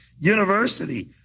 university